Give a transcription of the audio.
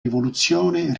rivoluzione